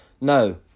No